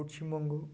Paschimbanga